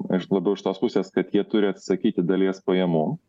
aš labiau iš tos pusės kad jie turi atsisakyti dalies pajamų